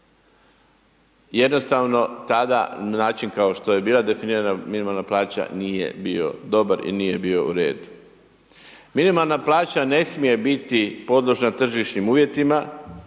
Jednostavno tada način kao što je bila definirana minimalna plaća nije bio dobar i nije bio u redu. Minimalna plaća ne smije biti podložna tržišnim uvjetima